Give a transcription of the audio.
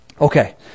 Okay